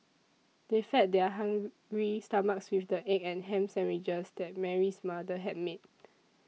they fed their hungry stomachs with the egg and ham sandwiches that Mary's mother had made